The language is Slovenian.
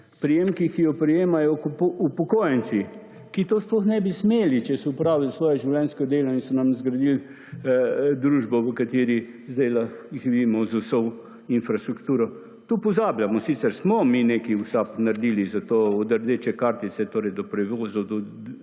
prejemkih, ki jih prejemajo upokojenci, ki to sploh ne bi smeli, če so opravil svoje življenjsko delo in so nam zgradili družbo, v kateri zdaj živimo z vso infrastrukturo. To pozabljamo, sicer smo mi nekaj v SAB naredili za to od rdeče kartice, do prevozov,